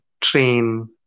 train